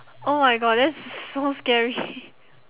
oh my god that's so scary